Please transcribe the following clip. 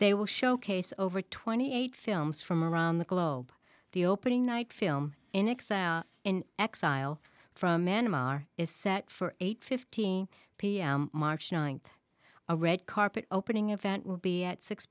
they will showcase over twenty eight films from around the globe the opening night film in exile in exile from manama r is set for eight fifteen pm march ninth a red carpet opening event will be at six